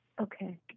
Okay